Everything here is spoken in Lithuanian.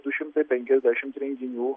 du šimtai penkiasdešim renginių renginių